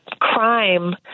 crime